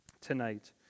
tonight